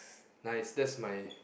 nice that's my